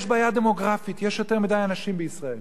יש בעיה דמוגרפית, יש יותר מדי אנשים בישראל.